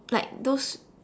like those